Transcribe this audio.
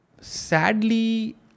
Sadly